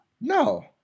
No